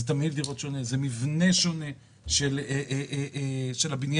זה מבנה שונה של הבניין,